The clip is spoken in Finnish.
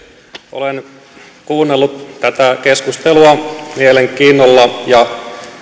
olen kuunnellut tätä keskustelua mielenkiinnolla ja